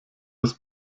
des